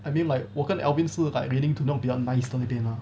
I mean like 我跟 alvin 是 like leaning to be not nice 那一边的 lah